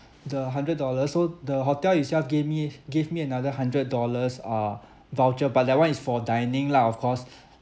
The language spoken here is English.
the hundred dollar so the hotel itself gave me gave me another hundred dollars uh voucher but that one is for dining lah of course